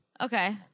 Okay